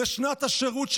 לשנות השירות,